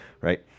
right